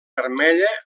vermella